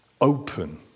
open